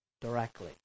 directly